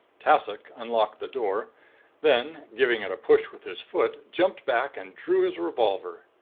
tassoc unlocked the door then, giving it a push with his foot, jumped back, and drew his revolver.